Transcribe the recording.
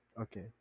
Okay